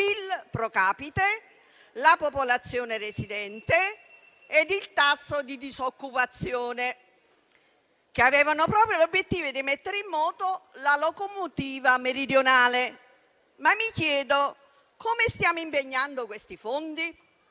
*pro capite*, la popolazione residente e il tasso di disoccupazione, che avevano proprio l'obiettivo di mettere in moto la locomotiva meridionale. Ma mi chiedo: come stiamo impegnando questi fondi?